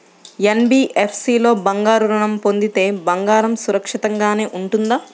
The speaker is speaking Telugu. ఎన్.బీ.ఎఫ్.సి లో బంగారు ఋణం పొందితే బంగారం సురక్షితంగానే ఉంటుందా?